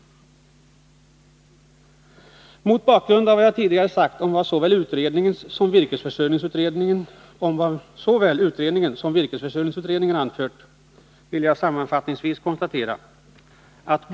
Mot bakgrund av vad jag tidigare har sagt om vad såväl utredningen som virkesförsörjningsutredningen har anfört vill jag sammanfattningsvis konstatera följande.